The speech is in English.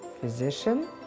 physician